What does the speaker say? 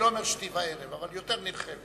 אני לא אומר שתי וערב, אבל יותר נרחבת.